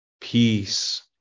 peace